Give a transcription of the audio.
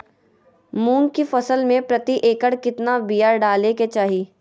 मूंग की फसल में प्रति एकड़ कितना बिया डाले के चाही?